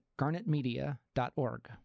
GarnetMedia.org